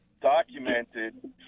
Documented